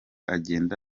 agende